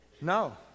No